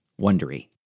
wondery